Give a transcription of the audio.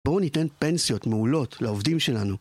בואו ניתן פנסיות מעולות לעובדים שלנו